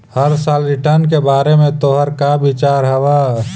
हर साल रिटर्न के बारे में तोहर का विचार हवऽ?